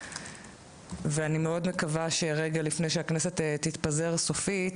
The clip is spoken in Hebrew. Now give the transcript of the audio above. אני מאוד מקווה שרגע לפני שהכנסת תתפזר סופית